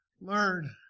Learn